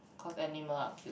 cause animal are cute